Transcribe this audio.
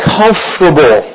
comfortable